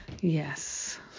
Yes